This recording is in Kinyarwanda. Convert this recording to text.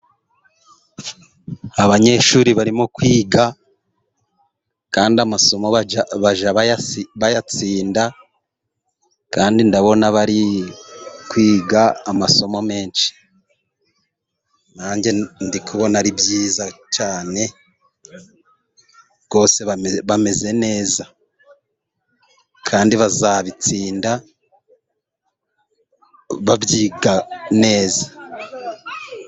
Abanyeshuri barimo kwiga kandi, amasomo bajya bayatsinda, kandi ndabona bari kwiga amasomo menshi. Nanjye ndi kubona ari byiza cyane rwose bameze neza, kandi bazabitsinda, babyiga neza.